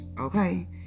okay